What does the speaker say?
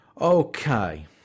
Okay